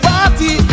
Party